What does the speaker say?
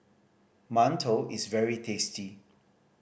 mantou is very tasty